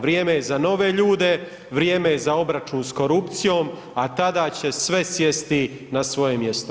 Vrijeme je za nove ljude, vrijeme je za obračun s korupcijom, a tada će sve sjesti na svoje mjesto.